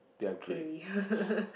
they are great